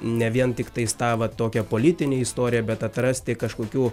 ne vien tiktais tą va tokią politinę istoriją bet atrasti kažkokių